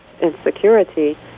insecurity